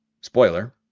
Spoiler